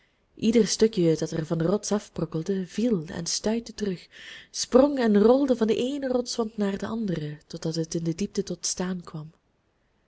ieder stukje dat er van de rots afbrokkelde viel en stuitte terug sprong en rolde van den eenen rotswand naar den anderen totdat het in de diepte tot staan kwam